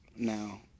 now